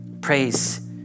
Praise